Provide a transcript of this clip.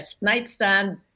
nightstand